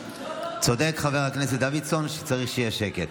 צודק חבר הכנסת דוידסון, צריך שיהיה שקט.